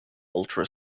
ultra